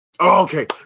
Okay